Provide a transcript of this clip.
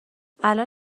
الان